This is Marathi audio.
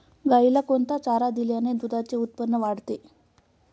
गाईला कोणता चारा दिल्याने दुधाचे उत्पन्न वाढते?